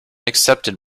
accepted